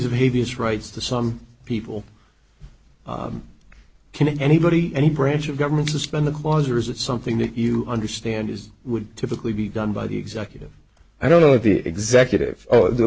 s rights to some people can anybody any branch of government suspend the clause or is it something that you understand it would typically be done by the executive i don't know if the executive oh